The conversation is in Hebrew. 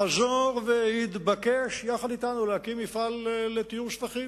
חזור והתבקש, להקים מפעל לטיהור שפכים